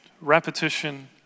repetition